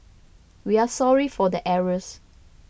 we are sorry for the errors